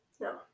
No